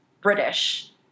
British